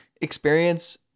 experience